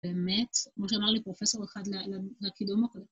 באמת, מישהו אמר לי, פרופסור אחד לקידום...